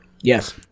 Yes